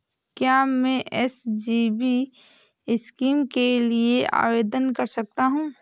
क्या मैं SGB scheme के लिए आवेदन कर सकता हूँ?